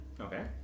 Okay